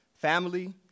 family